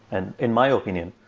and in my opinion,